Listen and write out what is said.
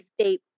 state